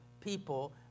people